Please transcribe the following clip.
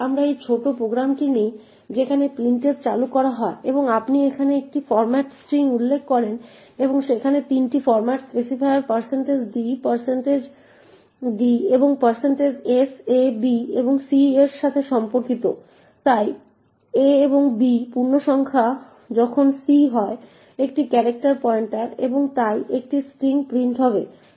আমরা এই ছোট প্রোগ্রামটি নিই যেখানে printf চালু করা হয় এবং আপনি এখানে একটি ফরম্যাট স্ট্রিং উল্লেখ করেন এবং সেখানে 3টি ফর্ম্যাট স্পেসিফায়ার d d এবং s a b এবং c এর সাথে সম্পর্কিত তাই a এবং b পূর্ণসংখ্যা যখন c হয় একটি ক্যারেক্টার পয়েন্টার এবং তাই একটি স্ট্রিং প্রিন্ট করবে